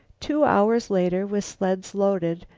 two hours later, with sleds loaded,